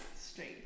Straight